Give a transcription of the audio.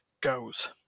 goes